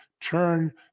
turn